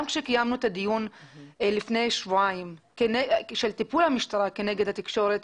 גם עת קיימנו את הדיון לפני שבועיים לגבי טיפול המשטרה כנגד התקשורת,